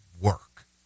work